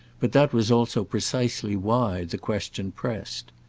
but that was also precisely why the question pressed.